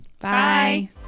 Bye